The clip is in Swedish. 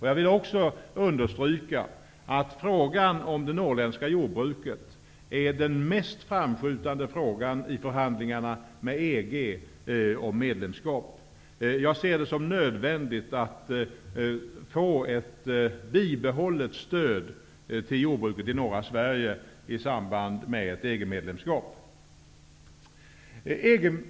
Jag vill också understryka att frågan om det norrländska jordbruket är den mest framskjutande frågan i förhandlingarna med EG om medlemskap. Jag ser det som nödvändigt att få ett bibehållet stöd till jordbruket i norra Sverige i samband med ett inträde i EG.